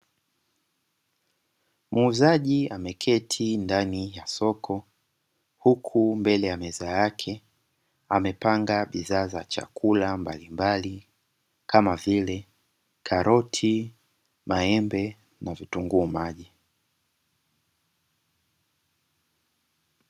Muuzaji ameketi ndani ya soko huku mbele ya meza yake, amepanga bidhaa za chakula mbalimbali kama vile karoti, maembe, na vitunguu maji.